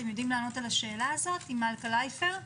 אתם יודעים לענות על השאלה הזאת עם מלכה לייפר?